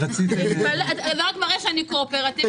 זה רק מראה שאני קואופרטיבית,